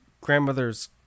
grandmother's